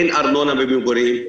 אין ארנונה למגורים.